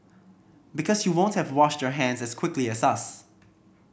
because you won't have washed your hands as quickly as us